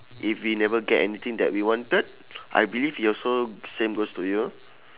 if we never get anything that we wanted I believe you also same goes to you